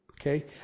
Okay